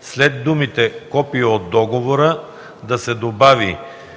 след думите „копие от договора” да се добави: